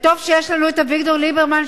וטוב שיש לנו את אביגדור ליברמן,